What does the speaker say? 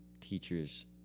teachers